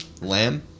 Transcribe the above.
Lamb